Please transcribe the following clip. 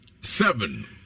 seven